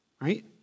right